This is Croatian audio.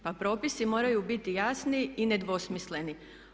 Pa propisi moraju biti jasni i nedvosmisleni.